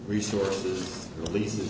resource releases